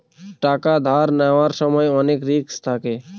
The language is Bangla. টাকা ধার নেওয়ার সময় অনেক রিস্ক থাকে